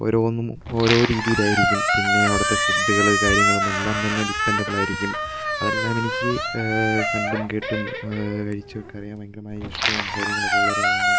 ഓരോന്നും ഓരോ രീതിയിലായിരിക്കും പിന്നെ അവിടുത്തെ ഫുഡുകള് കാര്യങ്ങളും എല്ലാം തന്നെ ഡിപെൻഡബിളായിരിക്കും അതെല്ലാം എനിക്ക് കണ്ടും കേട്ടും കഴിച്ചു ഒക്കെ അറിയാൻ ഭയങ്കരമായി ഇഷ്ടവും കാര്യങ്ങളൊക്കെയുള്ള ഒരാളാണ്